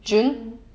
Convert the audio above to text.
june